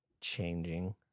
Changing